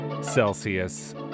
Celsius